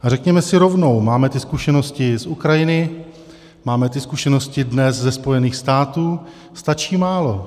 A řekněme si rovnou, máme ty zkušenosti z Ukrajiny, máme ty zkušenosti dnes ze Spojených států, že stačí málo.